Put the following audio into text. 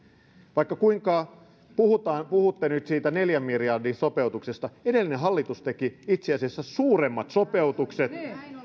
vaikka kuinka puhutte nyt siitä neljän miljardin sopeutuksesta edellinen hallitus teki itse asiassa suuremmat sopeutukset